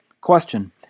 Question